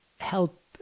help